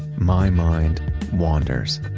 my mind wanders.